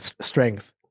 strength